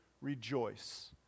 rejoice